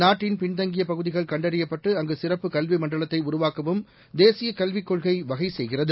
நாட்டின் பின்தங்கியபகுதிகள் கண்டறியப்பட்டு அங்குசிறப்பு கல்விமண்டலத்தைஉருவாக்கவும் தேசியகல்விக் கொள்கைவகைசெய்கிறது